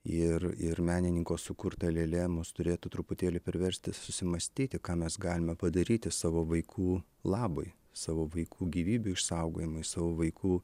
ir ir menininko sukurta lėlė mus turėtų truputėlį priversti susimąstyti ką mes galime padaryti savo vaikų labui savo vaikų gyvybių išsaugojimui savo vaikų